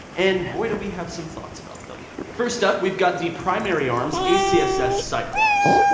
and boy, do we have some thoughts about them. first up, we've got the primary arms acss cyclope.